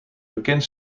bekend